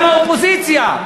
גם האופוזיציה.